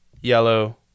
yellow